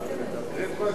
רטרואקטיבי.